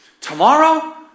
tomorrow